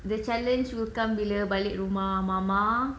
the challenge will come bila balik rumah mama